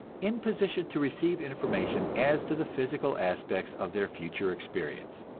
in position to receive information as to the physical aspects of their future experience.